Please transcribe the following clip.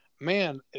man